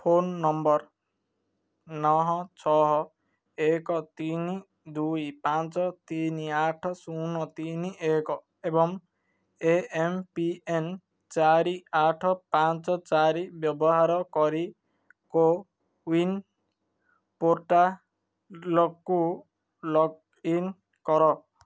phone number ନଅ ଛଅ ଏକ୍ ତିନି ଦୁଇ ପାଞ୍ଚ ତିନି ଆଠ ଶୂନ ତିନି ଏକ ଏବଂ ଏ ଏମ୍ ପି ଏନ୍ ଚାରି ଆଠ ପାଞ୍ଚ ଚାରି ବ୍ୟବହାର କରି କୋୱିନ୍ ପୋର୍ଟାଲ୍କୁ ଲଗ୍ଇନ୍ କର